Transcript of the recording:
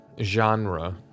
genre